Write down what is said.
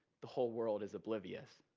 the whole world is oblivious.